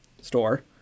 store